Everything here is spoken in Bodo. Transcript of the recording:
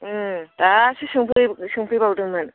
दासो सोंफैबावदोंमोन